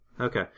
Okay